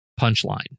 punchline